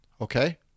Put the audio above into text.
Okay